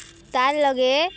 ତାର୍ ଲାଗେ